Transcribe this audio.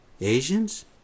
Asians